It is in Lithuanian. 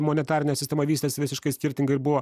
monetarinė sistema vystėsi visiškai skirtingai ir buvo